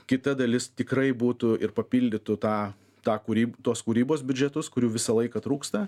kita dalis tikrai būtų ir papildytų tą tą kurį tos kūrybos biudžetus kurių visą laiką trūksta